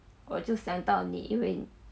我就带你因为